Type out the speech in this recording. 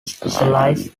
specialized